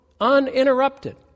uninterrupted